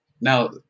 now